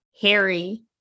Harry